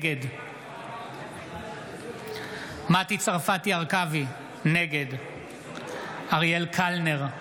נגד מטי צרפתי הרכבי, נגד אריאל קלנר,